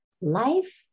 Life